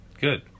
good